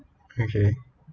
okay